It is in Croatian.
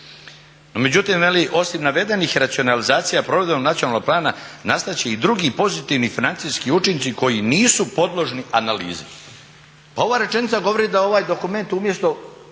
Međutim veli osim navedenih racionalizacija provedbom nacionalnog plana nastat će i drugi pozitivni financijski učinci koji nisu podložni analizi. Pa ova rečenica govori da ovaj dokument umjesto